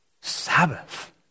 Sabbath